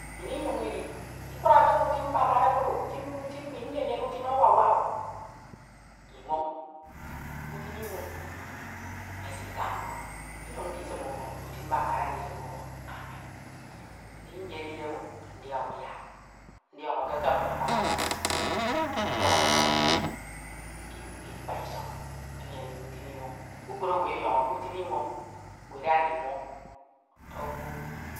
nnyin inyon idi ikurake ke utim mbakar okro utim ntim utim ini nnyene nyene utim uwak uwak inwoñ iutim inwon mmesika nko inyon ndisim ufok utim inbakara ndisim ufok ami ndiyere idemo ndia udia ndiọñọ ke eke mbukha akwra nduk eke ikpa isọñ emi edide utim inwoñ kpukpru owu ediọñọ ke utim inwoñ widad inwon owu u